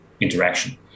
interaction